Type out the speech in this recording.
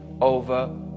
over